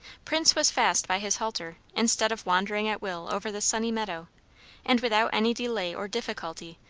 prince was fast by his halter, instead of wandering at will over the sunny meadow and without any delay or difficulty,